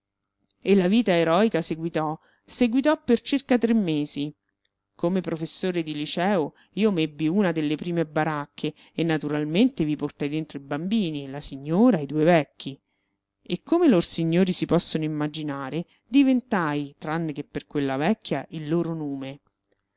e la vita eroica seguitò seguitò per circa tre mesi come professore di liceo io m'ebbi una della prime baracche e naturalmente vi portai dentro i bambini la signora i due vecchi e come lor signori si possono immaginare diventai tranne che per quella vecchia il loro nume